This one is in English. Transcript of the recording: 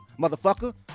motherfucker